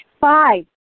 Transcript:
Five